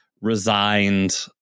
resigned